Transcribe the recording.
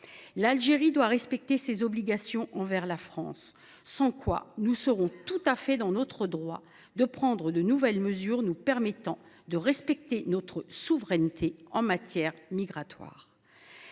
L’Algérie doit respecter ses obligations envers la France, sans quoi nous serons dans notre droit de prendre de nouvelles mesures nous permettant de respecter notre souveraineté en matière migratoire.